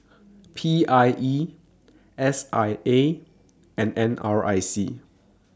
P I E S I A and N R I C